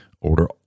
Order